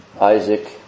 Isaac